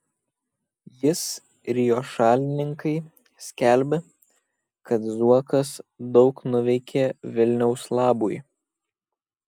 jis ir jo šalininkai skelbia kad zuokas daug nuveikė vilniaus labui